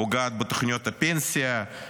פוגעת בתוכניות הפנסיה,